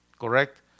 Correct